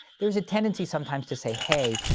there's a tendency sometimes to say hey,